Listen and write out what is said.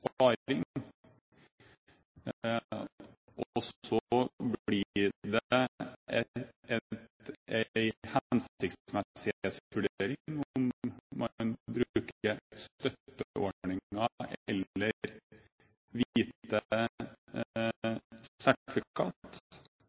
og så blir det en hensiktsmessighetsvurdering om man bruker støtteordninger eller